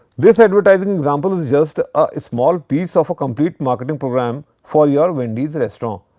this advertising example is just a small piece of a complete marketing program for your wendy's restaurant.